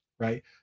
right